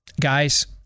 Guys